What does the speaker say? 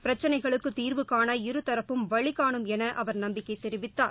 பிரச்சனைகளுக்குதீர்வுகாண இருதரப்பும் வழிகானும் எனஅவர் நம்பிக்கைதெரிவித்தார்